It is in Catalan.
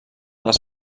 les